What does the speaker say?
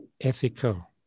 ethical